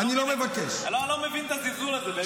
אני לא מבקש --- מה זה הזלזול הזה?